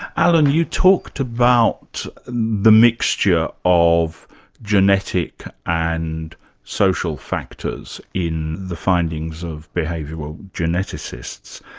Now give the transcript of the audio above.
allan, you talked about the mixture of genetic and social factors in the findings of behavioural geneticists.